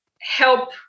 help